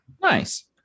Nice